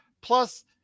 Plus